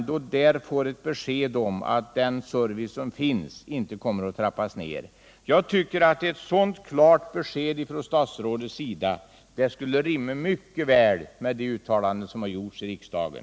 De bör få ett besked om att den service som finns inte kommer att trappas ned. Ett sådant klart besked från statsrådet skulle rimma väl med de uttalanden som har gjorts i riksdagen.